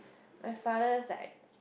my father's like